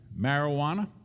marijuana